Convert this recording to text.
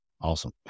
Awesome